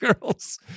girls